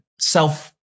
self